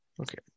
Okay